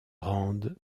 rendent